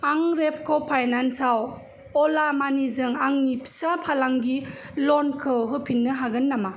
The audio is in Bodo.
आं रेपक' फाइनान्सआव अला मानिजों आंनि फिसा फालांगि ल'नखौ होफिन्नो हागोन नामा